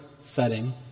setting